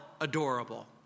adorable